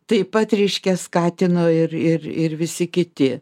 taip pat reiškia skatino ir ir ir visi kiti